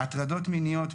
הטרדות מיניות,